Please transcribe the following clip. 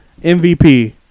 MVP